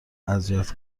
اذیت